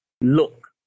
look